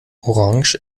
orange